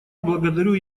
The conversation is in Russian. благодарю